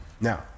now